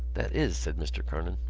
that is, said mr. kernan.